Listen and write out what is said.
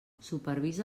supervisa